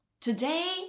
Today